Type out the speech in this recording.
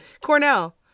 Cornell